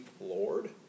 Lord